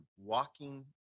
walking